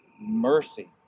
mercy